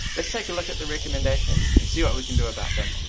let's take look at the recommendation and see what we can do about them.